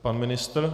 Pan ministr?